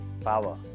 power